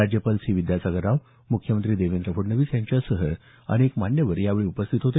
राज्यपाल सी विद्यासागर राव मुख्यमंत्री देवेंद्र फडणवीस यांच्यासह अनेक मान्यवर यावेळी उपस्थित होते